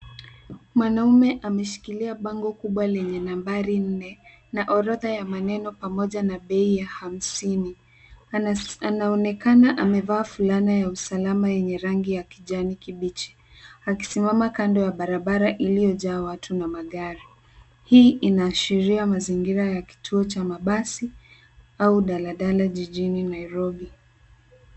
Mwanaume ameshikilia bango kubwa lenye nambari nne, na orodha ya maneno pamoja na bei ya hamsini, anaonekana amevaa fulana ya usalama yenye rangi ya kijani kibichi, akisimama kando ya barabara iliyojaa watu na magari. Hii inaashiria mazingira ya kituo cha mabasi, au dalala jijini.